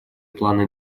плана